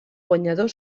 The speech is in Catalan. guanyador